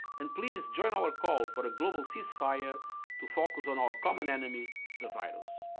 and please join our call for a global cease-fire to focus on our common enemy, the virus.